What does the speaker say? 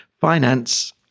Finance